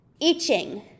itching